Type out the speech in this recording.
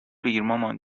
بگیرمامان